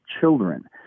children